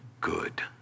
good